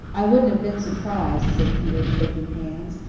i wouldn't have been surprised, said peter, shaking hands.